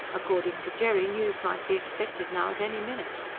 according to jerry news might be expected now at any minute.